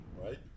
right